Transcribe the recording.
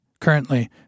Currently